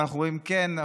ואנחנו אומרים: כן,